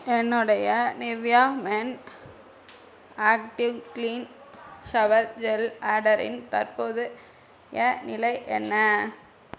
என்னுடைய Nivea men active clean shower gel ஆர்டரின் தற்போதைய நிலை என்ன